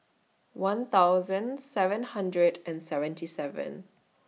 one thousand seven hundred and seventy seven